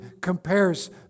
compares